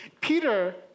peter